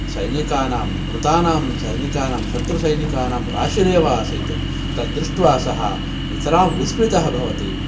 सैनिकानां मृतानां सैनिकानां शत्रुसैनिकानां राशिरेव आसीत् तद् दृष्ट्वा सः नितरां विस्मितः भवति